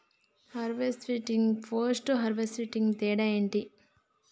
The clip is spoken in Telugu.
హార్వెస్టింగ్, పోస్ట్ హార్వెస్టింగ్ తేడా ఏంటి?